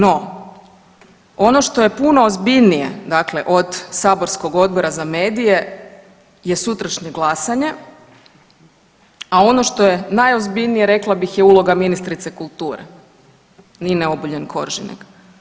No ono što je puno ozbiljnije od saborskog Odbora za medije je sutrašnje glasanje, a ono što je najozbiljnije rekla bih je uloga ministrice kulture Nine Obuljen Koržinek.